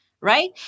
right